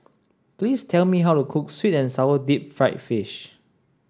please tell me how to cook sweet and sour deep fried fish